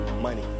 money